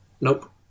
Nope